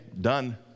done